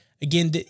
Again